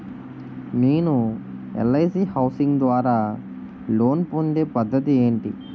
నేను LIC housing ద్వారా loan పొందే పద్ధతి ఏంటి?